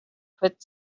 put